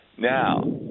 Now